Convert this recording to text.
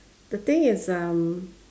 the thing is um